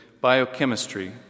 biochemistry